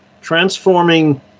transforming